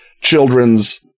children's